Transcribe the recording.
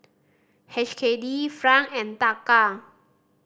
H K D Franc and Taka